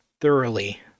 thoroughly